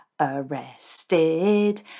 arrested